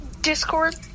Discord